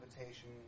invitation